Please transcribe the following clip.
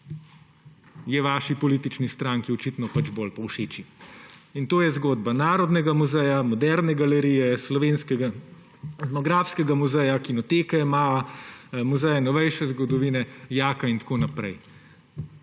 je vaši politični stranki očitno bolj povšeči. In to je zgodba Narodnega muzeja, Moderne galerije, Slovenskega etnografskega muzeja, Kinoteke, MAO, Muzeja novejše zgodovine, JAK in tako naprej.